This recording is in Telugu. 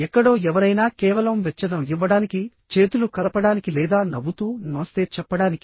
ఎక్కడో ఎవరైనా కేవలం వెచ్చదనం ఇవ్వడానికి చేతులు కలపడానికి లేదా నవ్వుతూ నమస్తే చెప్పడానికి